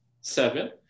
seven